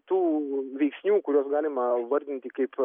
tų veiksnių kuriuos galima vardinti kaip